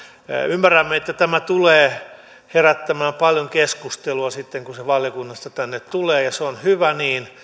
ymmärrämme että tämä tulee herättämään paljon keskustelua sitten kun se valiokunnasta tänne tulee ja se on hyvä niin